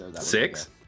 Six